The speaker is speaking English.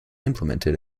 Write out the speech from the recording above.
implemented